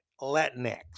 Latinx